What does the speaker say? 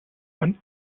man